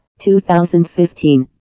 2015